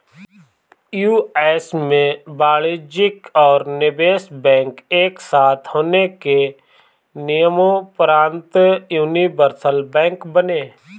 US में वाणिज्यिक और निवेश बैंक एक साथ होने के नियम़ोंपरान्त यूनिवर्सल बैंक बने